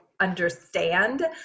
understand